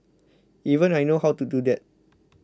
even I know how to do that